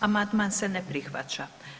Amandman se ne prihvaća.